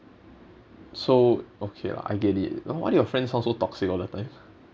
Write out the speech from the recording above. so okay lah I get it now why did your friends all so toxic all the time